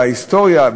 מההיסטוריה,